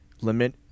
limit